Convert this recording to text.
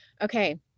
Okay